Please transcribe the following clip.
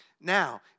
Now